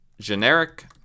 generic